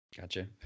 Gotcha